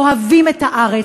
אוהבים את הארץ,